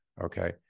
okay